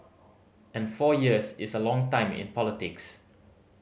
and four years is a long time in politics